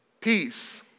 peace